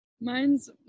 Mine's